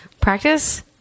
practice